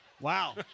Wow